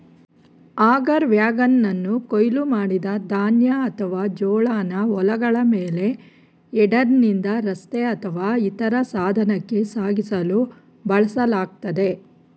auger ವ್ಯಾಗನನ್ನು ಕೊಯ್ಲು ಮಾಡಿದ ಧಾನ್ಯ ಅಥವಾ ಜೋಳನ ಹೊಲಗಳ ಮೇಲೆ ಹೆಡರ್ನಿಂದ ರಸ್ತೆ ಅಥವಾ ಇತರ ಸಾಧನಕ್ಕೆ ಸಾಗಿಸಲು ಬಳಸಲಾಗ್ತದೆ